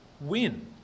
win